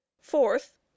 fourth